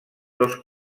dos